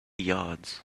yards